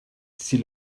sie